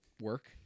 work